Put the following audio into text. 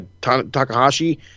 Takahashi